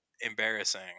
embarrassing